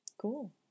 Cool